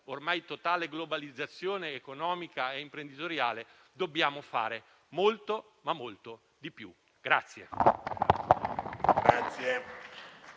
ormai totale globalizzazione economica e imprenditoriale, dobbiamo fare ancora molto, ma molto di più.